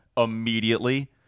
Immediately